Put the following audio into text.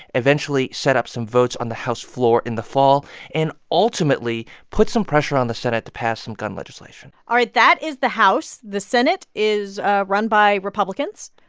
eventually set up some votes on the house floor in the fall and, ultimately, put some pressure on the senate to pass some gun legislation all right. that is the house. the senate is ah run by republicans.